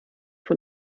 von